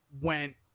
went